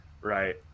right